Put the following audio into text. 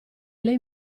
lei